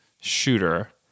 shooter